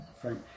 Frank